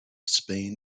spain